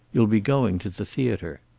you'll be going to the theater.